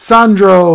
Sandro